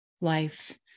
life